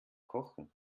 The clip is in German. kochen